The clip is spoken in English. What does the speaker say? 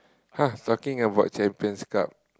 ha talking about Champions Cup